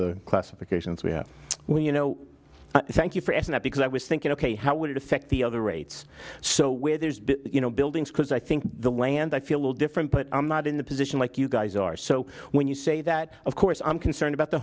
the classifications we have when you know thank you for that because i was thinking ok how would it affect the other rates so where there's you know buildings because i think the land i feel a little different but i'm not in the position like you guys are so when you say that of course i'm concerned about the